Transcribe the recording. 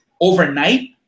overnight